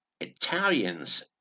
Italians